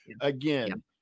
again